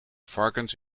varkens